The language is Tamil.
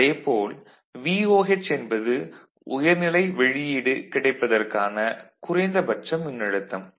அதே போல VOH என்பது உயர்நிலை வெளியீடு கிடைப்பதற்கான குறைந்தபட்ச மின்னழுத்தம்